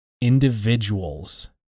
individuals